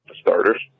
starters